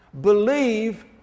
believe